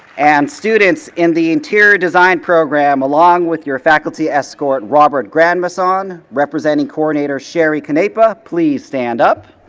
and students in the interior design program along with your faculty escort robert grandmaison, representing coordinator shari canepa, please stand up.